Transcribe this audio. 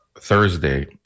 Thursday